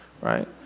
right